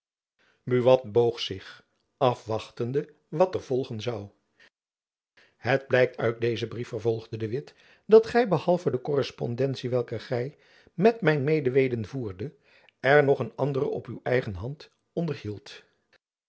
buat boog zich afwachtende wat er volgen zoû het blijkt uit dezen brief vervolgde de witt dat gy behalve de korrespondentie welke gy met mijn medeweten voerdet er nog een andere op uw eigen hand onderhieldt